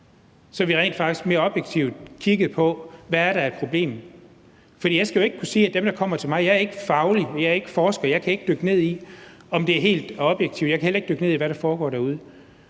så vi rent faktisk mere objektivt kigger på, hvad der er problemet. For jeg skal jo ikke kunne sige noget præcist i forhold til dem, der kommer til mig. Jeg er ikke fagperson, jeg er ikke forsker, og jeg kan ikke dykke ned i, om det er helt objektivt, og jeg kan heller ikke dykke ned i, hvad der foregår derude.